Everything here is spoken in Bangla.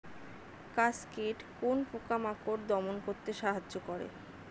কাসকেড কোন পোকা মাকড় দমন করতে সাহায্য করে?